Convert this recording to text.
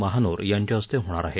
महानोर यांच्या हस्ते होणार आहे